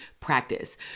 practice